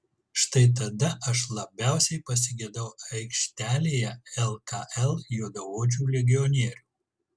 štai tada aš labiausiai pasigedau aikštelėje lkl juodaodžių legionierių